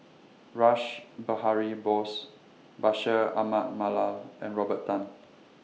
Rash Behari Bose Bashir Ahmad Mallal and Robert Tan